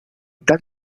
tal